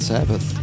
Sabbath